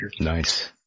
Nice